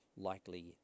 likely